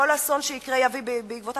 כל אסון שיקרה יביא בעקבותיו,